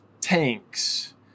tanks